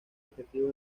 objetivo